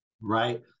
right